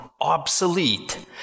obsolete